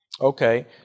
Okay